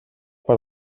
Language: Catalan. per